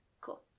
Cool